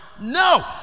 No